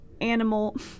animal